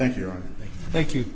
thank you thank you